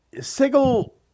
Sigel